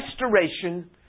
restoration